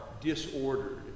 disordered